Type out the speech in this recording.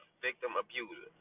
victim-abuser